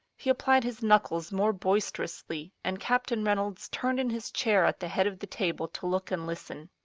he applied his knuckles more boisterously, and captain reynolds turned in his chair at the head of the table to look and listen.